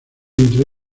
entre